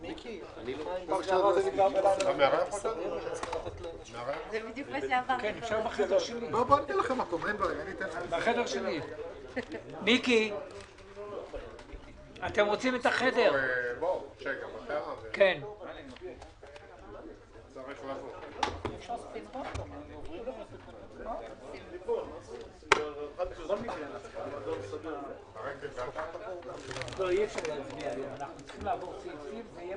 13:00.